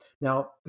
Now